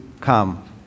come